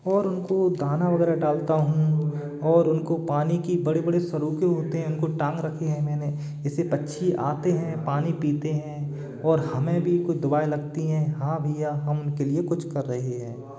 और उनको दाना वगैरह डालता हूँ और उनको पानी की बड़े बड़े सरोखे होते हैं उनके टांग रखे हैं मैंने इससे पक्षी आते हैं पानी पीते हैं और हमें भी कुछ दुआएं लगती हैं हाँ भैया हम उनके लिए कुछ कर रहे हैं